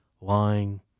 lying